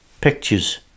pictures